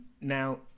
Now